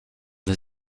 des